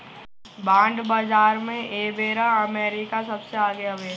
bond बाजार में एबेरा अमेरिका सबसे आगे हवे